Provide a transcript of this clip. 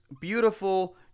beautiful